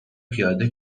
پیاده